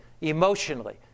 emotionally